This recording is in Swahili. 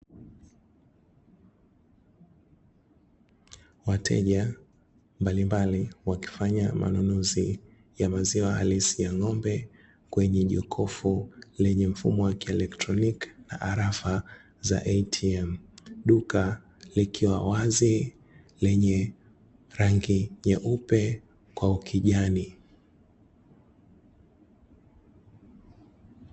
Wateja mbalimbali wakifanya manunuzi ya maziwa halisi ya ng'ombe kwenye jokofu lenye mfumo wa kieletroniki na arafa za "ATM". Duka likiwa wazi lenye rangi nyeupe kwa ukijani.